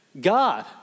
God